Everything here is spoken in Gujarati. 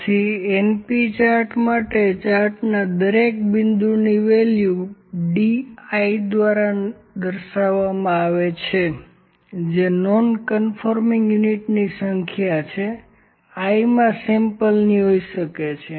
તેથી np ચાર્ટ માટે ચાર્ટનાં દરેક બિંદુ ની વેલ્યુ Di દ્વારા દર્શાવવામાં આવે છે જે છે નોન્ કન્ફોર્મિંગ યુનિટની સંખ્યા છે iમાં સેમ્પલની હોઇ શકે છે